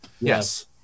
Yes